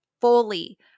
fully